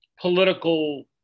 political